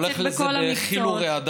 אני הולך לזה בחיל ורעדה,